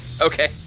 Okay